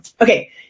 okay